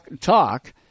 talk